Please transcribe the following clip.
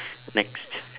next